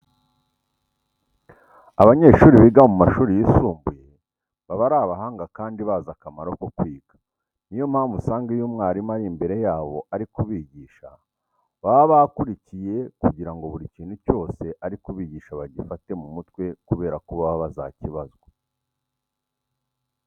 Abanyeshuri biga mu mashuri yisumbuye baba ari abahanga kandi bazi akamaro ko kwiga. Niyo mpamvu usanga iyo mwarimu ari imbere yabo ari kubigisha baba bakurikiye kugira ngo buri kintu cyose ari kubigisha bagifate mu mutwe kubera ko baba bazakibazwa.